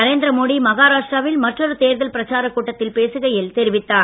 நரேந்திரமோடி மஹாராஷ்டிராவில் மற்றொரு தேர்தல் பிரச்சார கூட்டத்தில் பேசுகையில் தெரிவித்தார்